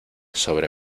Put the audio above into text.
sobre